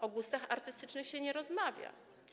O gustach artystycznych się nie rozmawia.